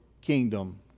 kingdom